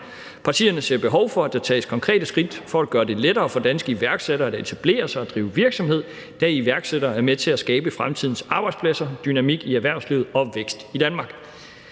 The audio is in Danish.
Partierne ser behov for, at der tages konkrete skridt for at gøre det lettere for danske iværksættere at etablere sig og drive deres virksomhed, da iværksættere er med til at skabe fremtidens arbejdspladser, dynamik i erhvervslivet og vækst i Danmark.«